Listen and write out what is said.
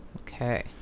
Okay